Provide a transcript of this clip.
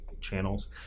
channels